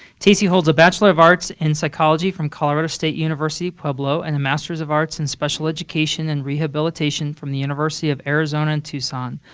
tacy holds a bachelor of arts in psychology from colorado state university at pueblo and a master of arts in special education and rehabilitation from the university of arizona in tucson.